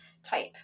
type